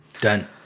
Done